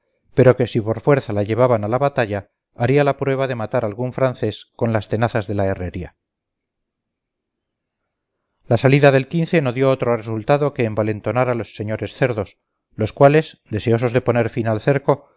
pero que si por fuerza la llevaban a la batalla haría la prueba de matar algún francés con las tenazas de la herrería la salida del no dio otro resultado que envalentonar a los señores cerdos los cuales deseosos de poner fin al cerco